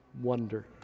wonder